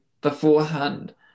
beforehand